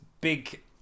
big